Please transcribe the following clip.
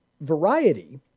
Variety